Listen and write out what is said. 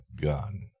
gun